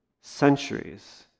centuries